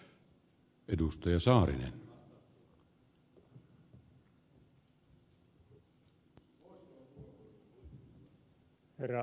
arvoisa herra puhemies